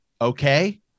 okay